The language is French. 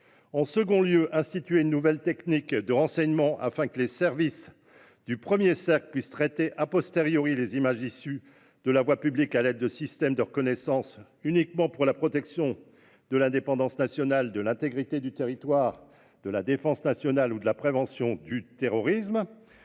En deuxième lieu, pour instituer une nouvelle technique de renseignement afin que les services du premier cercle puissent traiter les images issues de la voie publique à l'aide de systèmes de reconnaissance, uniquement à des fins de protection de l'indépendance nationale et de l'intégrité du territoire, de défense nationale et de prévention du terrorisme.